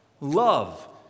Love